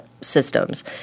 systems